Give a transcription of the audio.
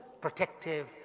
protective